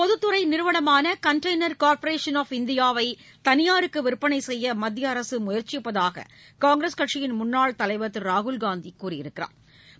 பொதுத்துறை நிறுவனமான container corporation of இந்தியாவை தனியாருக்கு விற்பனை செய்ய மத்திய அரசு முயற்சிப்பதாக காங்கிரஸ் கட்சியின் முன்னாள் தலைவா திரு ராகுல் காந்தி கூறியுள்ளா்